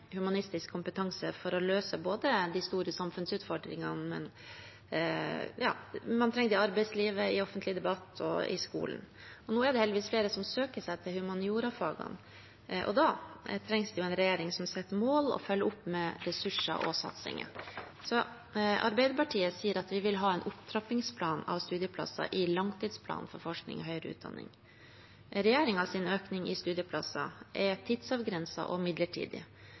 i arbeidslivet, i offentlig debatt og i skolen. Nå er det heldigvis flere som søker seg til humaniorafagene, og da trengs det en regjering som setter mål og følger opp med ressurser og satsinger. Vi i Arbeiderpartiet sier at vi vil ha en opptrappingsplan for studieplasser i langtidsplanen for forskning og høyere utdanning. Regjeringens økning i studieplasser er tidsavgrenset og midlertidig.